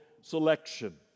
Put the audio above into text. Selection